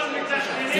קודם כול מתכננים,